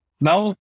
Now